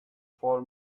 for